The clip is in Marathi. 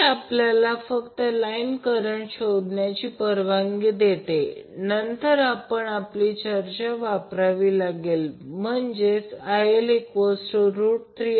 हे आपल्याला फक्त लाईन करंट शोधण्यास परवानगी देते नंतर आपण आपली चर्चा वापरावी लागेल म्हणजेच IL3Ip